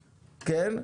כן?